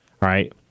right